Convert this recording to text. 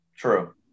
True